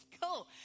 Cool